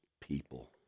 people